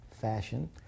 fashion